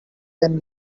can